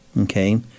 Okay